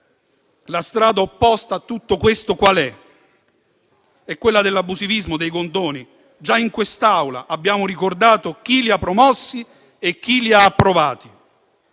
La strada opposta a tutto questo qual è? È quella dell'abusivismo e dei condoni. Già in quest'Aula abbiamo ricordato chi li ha promossi e chi li ha approvati;